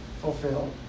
fulfilled